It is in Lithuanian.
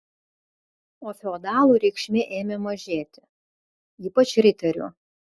o feodalų reikšmė ėmė mažėti ypač riterių